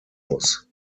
muss